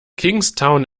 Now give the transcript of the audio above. kingstown